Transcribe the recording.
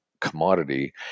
commodity